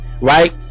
Right